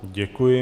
Děkuji.